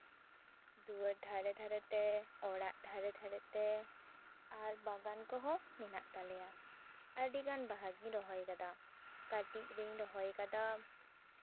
ᱫᱩᱣᱟᱹᱨ ᱫᱷᱟᱨᱮ ᱫᱷᱟᱨᱮᱛᱮ ᱚᱲᱟᱜ ᱫᱷᱟᱨᱮ ᱫᱷᱟᱨᱮᱛᱮ ᱟᱨ ᱵᱟᱜᱟᱱ ᱠᱚᱦᱚᱸ ᱢᱮᱱᱟᱜ ᱛᱟᱞᱮᱭᱟ ᱟᱹᱰᱤᱜᱟᱱ ᱵᱟᱦᱟᱜᱤᱧ ᱨᱚᱦᱚᱭ ᱠᱟᱫᱟ ᱠᱟᱹᱴᱤᱡ ᱨᱤᱧ ᱨᱚᱦᱚᱭ ᱠᱟᱫᱟ